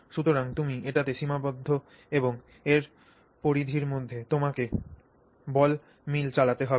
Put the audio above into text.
সুতরাং তুমি এটিতে সীমাবদ্ধ এবং এর পরিধির মধ্যে তোমাকেকে বল মিল চালাতে হবে